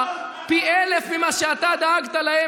-- אתה פשיסט ----- פי אלף ממה שאתה דאגת להם